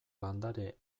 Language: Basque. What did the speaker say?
landare